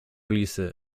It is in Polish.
lisy